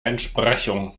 entsprechung